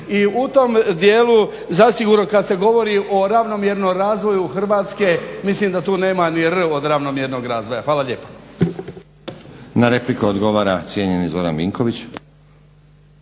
I u tom djelu zasigurno kad se govori o ravnomjernom razvoju hrvatske mislim da tu nema ni r od ravnomjernog razvoja. Hvala lijepa. **Stazić, Nenad (SDP)** Na repliku odgovora cijenjeni Zoran Vinković.